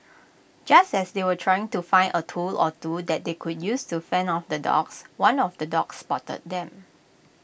just as they were trying to find A tool or two that they could use to fend off the dogs one of the dogs spotted them